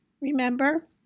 Remember